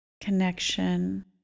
connection